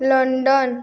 London